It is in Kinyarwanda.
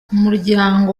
umuryango